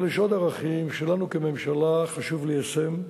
אבל יש עוד ערכים שלנו כממשלה חשוב ליישם,